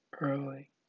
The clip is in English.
early